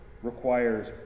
requires